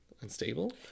Unstable